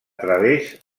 través